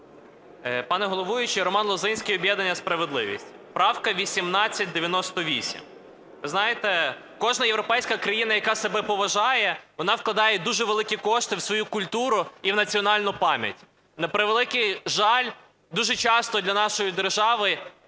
Пане головуючий! Роман Лозинський, об'єднання "Справедливість". Правка 1898. Ви знаєте, кожна європейська країна, яка себе поважає, вона вкладає дуже великі кошти в свою культуру і в національну пам'ять. На превеликий жаль, дуже часто для нашої держави